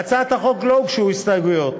להצעת החוק לא הוגשו הסתייגויות,